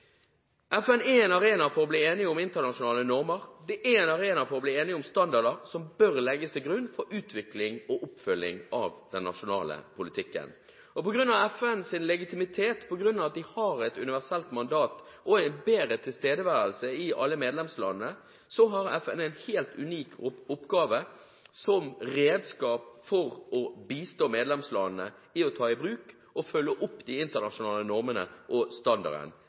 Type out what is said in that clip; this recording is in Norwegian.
FN er en arena der man blir enige om internasjonale normer og standarder som bør legges til grunn for utvikling og oppfølging av den nasjonale politikken. På grunn av FNs legitimitet, på grunn av at de har et universelt mandat og en bedre tilstedeværelse i alle medlemslandene, har FN en helt unik oppgave som redskap for å bistå medlemslandene i å ta i bruk og følge opp de internasjonale normene og standardene.